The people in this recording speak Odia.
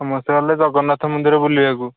ସମସ୍ତେ ଗଲେ ଜଗନ୍ନାଥ ମନ୍ଦିର ବୁଲିବାକୁ